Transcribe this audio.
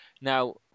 now